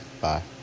bye